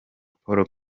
pawulo